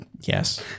yes